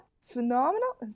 phenomenal